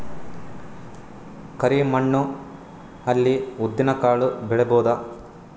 ಕರಿ ಮಣ್ಣ ಅಲ್ಲಿ ಉದ್ದಿನ್ ಕಾಳು ಬೆಳಿಬೋದ?